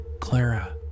Clara